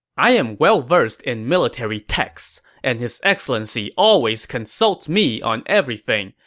i am well-versed in military texts, and his excellency always consults me on everything.